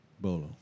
Bolo